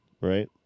Right